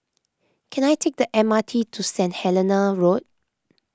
can I take the M R T to Saint Helena Road